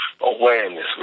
awareness